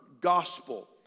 gospel